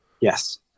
Yes